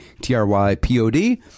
T-R-Y-P-O-D